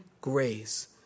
grace